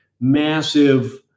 massive